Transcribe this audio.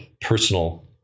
personal